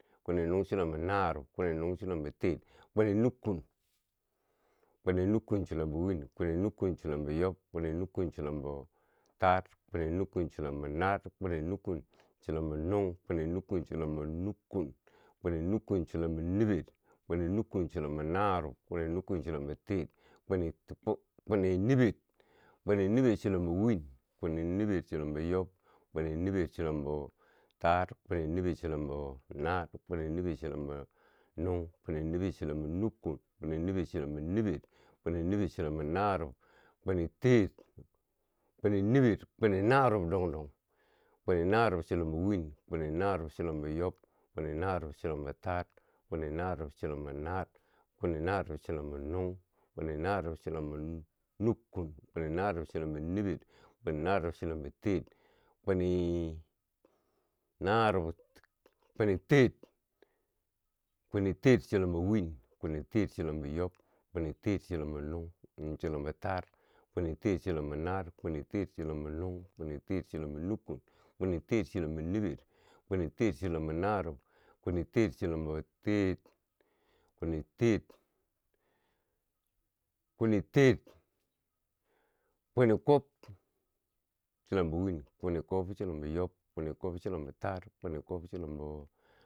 Kwini nuung chilombo narob, kwini nuung chilombo teer, kwini nukkun, kwini nukkun chilombo win, kwini nukkun chilombo yob, kwini nukkun chilombo taar, kwini nukkun chilombo naar, kwini nukkun chilombo nuung, kwini nukkun chilombo nukkun, kwini nukkun chilombo niber, kwini nukkun chilombo narob, kwini nukkun chilombo teer, kwini niber, kwini niber chilombo win, kwini niber chilombo yob, kwini niber chilombo taar, kwini niber chilombo naar, kwini niber chilombo nuung, kwini niber chilombo nukkun, kwini niber chilombo niber, kwini niber chilombo narob, kwini teer, kwini niber, kwini narob, dong dong, kwini narob chilombo win, kwini narob chilombo yob, kwini narob chilombo taar, kwini narob chilombo naar, kwini narob chilombo nuung, kwini narob chilombo nukkun, kwini narob chilombo niber, kwini narob chilombo teer, kwini narob, kwini teer, kwini teer chilombo win kwini teer chilombo yob, kwini teer chilombo taar, kwini teer chilombo naar, kwini teer chilombo nuung, kwini teer chilombo nukkun, kwini teer chilombo niber, kwini teer chilombo narob, kwini teer chilombo teer, kwini teer, kwini teer, kwini gwob, chilombo win, kwini gwob chilombo yob, kwini gwob chilombo taar, kwini gwob chilombo.